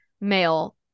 male